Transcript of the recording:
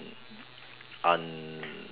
un~